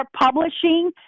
publishing